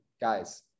guys